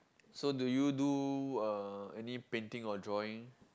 so do you do uh any painting or drawing